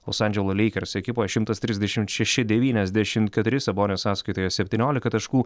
los andželo lakers ekipą šimtas trisdešimt šeši devyniasdešimt keturi sabonio sąskaitoje septyniolika taškų